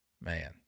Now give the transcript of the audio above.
Man